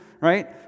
right